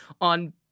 on